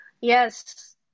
Yes